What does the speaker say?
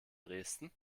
dresden